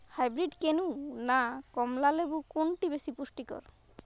Hybrid কেনু না কমলা লেবু কোনটি বেশি পুষ্টিকর?